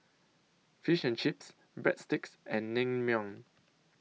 Fish and Chips Breadsticks and Naengmyeon